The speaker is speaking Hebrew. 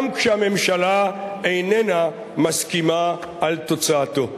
גם כשהממשלה איננה מסכימה עם תוצאתו.